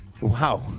Wow